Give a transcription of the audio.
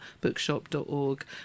bookshop.org